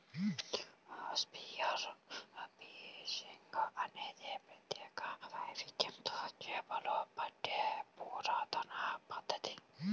spear fishing అనేది ప్రత్యేక వైవిధ్యంతో చేపలు పట్టే పురాతన పద్ధతి